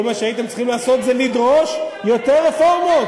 כל מה שהייתם צריכים לעשות זה לדרוש יותר רפורמות.